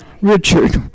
Richard